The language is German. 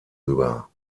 über